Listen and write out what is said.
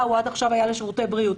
אלא עד עכשיו הוא היה לשירותי בריאות.